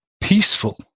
peaceful